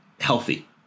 healthy